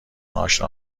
آشنا